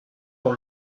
dans